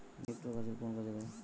নিপটর গাছের কোন কাজে দেয়?